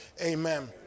Amen